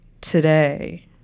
today